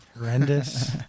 horrendous